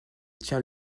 tien